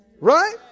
right